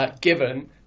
given